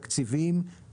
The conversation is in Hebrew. תקציבים,